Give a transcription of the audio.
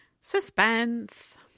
Suspense